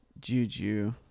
Juju